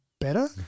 better